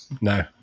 No